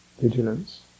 vigilance